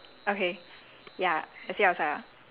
okay I continue the convo outside with you